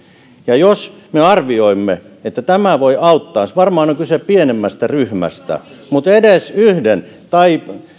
ja jos me arvioimme että tämä voi auttaa varmaan on kyse pienemmästä ryhmästä edes yhden tai